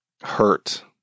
hurt